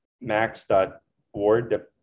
max.ward